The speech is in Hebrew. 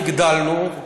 הגדלנו,